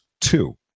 two